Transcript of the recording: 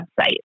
website